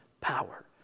power